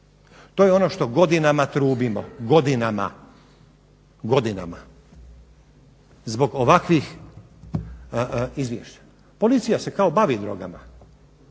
To je ono što godinama trubimo, godinama, godinama. Zbog ovakvih izvješća. Policija se kao bavi drogama,